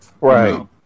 right